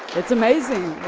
it's amazing.